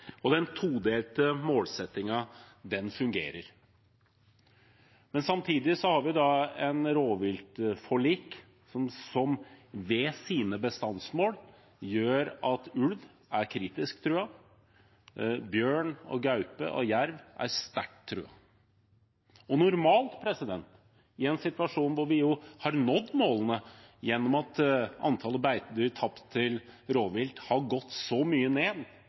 og den todelte målsettingen fungerer. Samtidig har vi et rovviltforlik som ved sine bestandsmål gjør at ulv er kritisk truet, og at bjørn, gaupe og jerv er sterkt truet. Normalt, i en situasjon hvor vi har nådd målene gjennom at antall beitedyr tapt til rovvilt har gått så mye ned